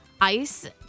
ice